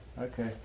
Okay